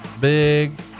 big